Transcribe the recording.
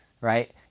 right